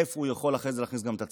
איפה אחר כך הוא יכול להכניס גם את הצבא?